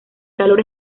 calor